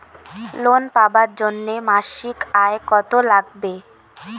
Loan পাবার জন্যে মাসিক আয় কতো লাগবে?